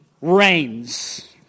reigns